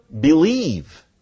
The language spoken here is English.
believe